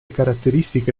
caratteristiche